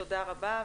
תודה רבה.